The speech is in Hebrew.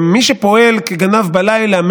מי שפועל כגנב בלילה,